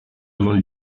avant